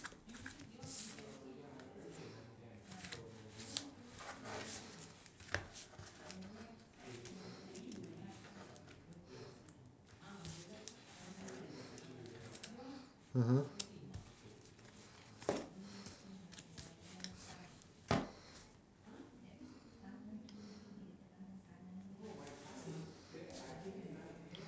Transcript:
mmhmm